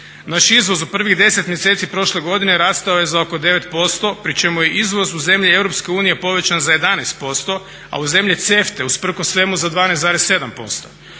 Naš izvoz u prvih 10 mjeseci prošle godine rastao je za oko 9% pri čemu je izvoz u zemlje EU povećan za 11%, a u zemlje CEFTA-e usprkos svemu za 12,7%.